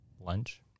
lunch